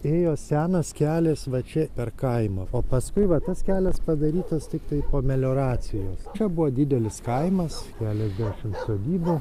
ėjo senas kelias va čia per kaimą o paskui va tas kelias padarytas tiktai o melioracijos čia buvo didelis kaimas keliasdešimt sodybų